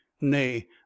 nay